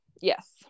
Yes